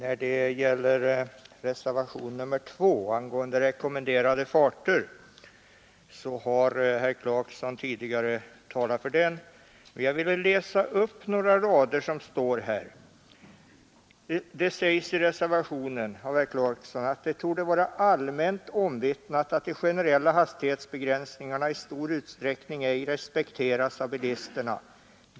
Fru talman! Reservationen 2 angående rekommenderade farter har herr Clarkson tidigare talat för, men jag vill läsa upp några rader ur den: ”Det torde vara allmänt omvittnat att de generella hastighetsbegränsningarna i stor utsträckning ej respekteras av bilisterna.